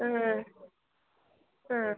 ಹಾಂ ಹಾಂ